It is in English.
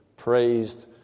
Praised